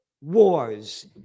wars